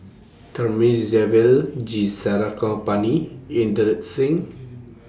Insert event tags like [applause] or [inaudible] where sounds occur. Thamizhavel G Sarangapani Inderjit Singh [noise]